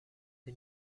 the